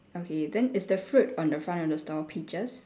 okay then is the fruit on the front of the store peaches